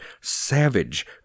savage